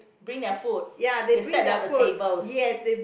bring their food they set on the tables